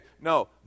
No